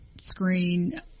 screen